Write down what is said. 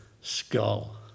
skull